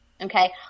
Okay